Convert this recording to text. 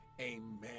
Amen